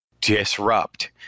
disrupt